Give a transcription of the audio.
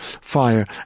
fire